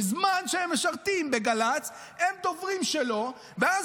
בזמן שהם משרתים בגל"צ הם דוברים שלו ואז